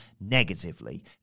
negatively